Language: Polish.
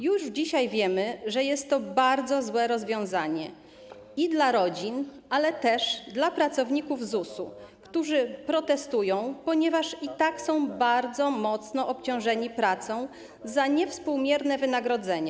Już dzisiaj wiemy, że jest to bardzo złe rozwiązanie i dla rodzin, ale też dla pracowników ZUS-u, którzy protestują, ponieważ i tak są bardzo mocno obciążeni pracą za niewspółmierne wynagrodzenie.